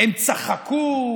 הם צחקו,